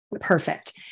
Perfect